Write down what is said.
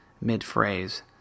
mid-phrase